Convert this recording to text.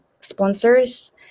sponsors